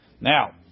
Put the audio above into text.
now